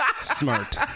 Smart